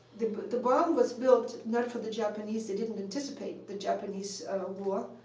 the but the bomb was built not for the japanese. they didn't anticipate the japanese war.